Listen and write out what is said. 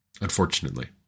unfortunately